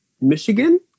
Michigan